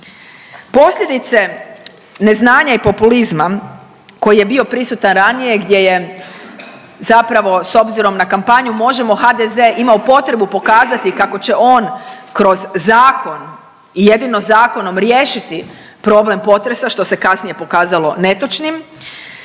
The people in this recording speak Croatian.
Posljedice neznanja i populizma koji je bio prisutan ranije gdje je, zapravo s obzirom na kampanju Možemo! HDZ imao potrebu pokazati kako će on kroz zakon i jedino zakonom riješiti problem potresa, što se kasnije pokazalo netočnim,